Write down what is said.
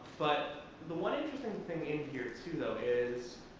but the one interesting thing in here too though is,